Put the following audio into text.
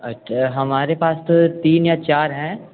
अच्छा हमारे पास तो तीन या चार हैं